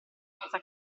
terza